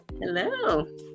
Hello